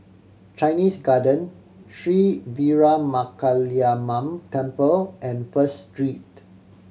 Chinese Garden Sri Veeramakaliamman Temple and First Street